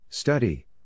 Study